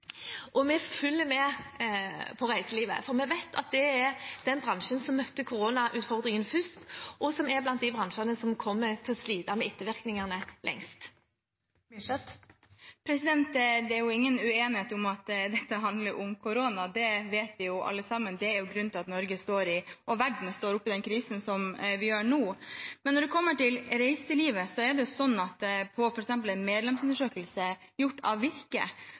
Og vi følger med på reiselivet, for vi vet at det er den bransjen som møtte koronautfordringen først, og som er blant de bransjene som kommer til å slite med ettervirkningene lengst. Det er ingen uenighet om at dette handler om korona. Det vi vi alle sammen er grunnen til at Norge – og verden – står oppe i den krisen vi gjør. Men når det gjelder reiselivet, viser f.eks. en medlemsundersøkelse gjort av Virke at 49 pst. av bedriftene tenker at de ikke kommer til å være oppe på